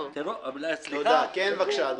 אדוני, בבקשה.